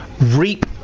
reap